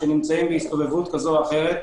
שנמצאים בהסתובבות כזו או אחרת,